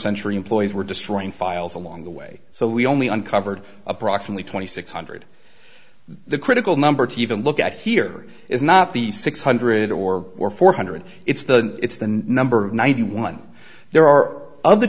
century employees were destroying files along the way so we only uncovered approximately twenty six hundred the critical number to even look at here is not the six hundred or or four hundred it's the it's the number of ninety one there are other